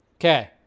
Okay